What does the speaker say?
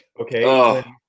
Okay